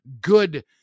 good